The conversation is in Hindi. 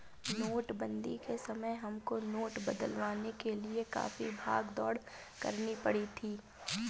नोटबंदी के समय हमको नोट बदलवाने के लिए काफी भाग दौड़ करनी पड़ी थी